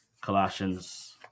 Colossians